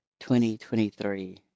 2023